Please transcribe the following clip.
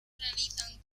realizan